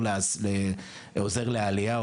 עוזר לעלייה,